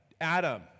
Adam